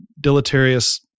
deleterious